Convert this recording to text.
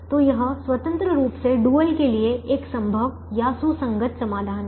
तो यह स्वतंत्र रूप से डुअल के लिए एक संभव या सुसंगत समाधान है